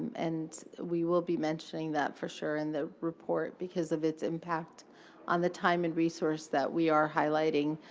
and we will be mentioning that, for sure, in the report because of its impact on the time and resource that we are highlighting.